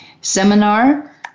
seminar